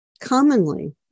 commonly